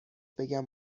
بگم